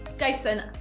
Jason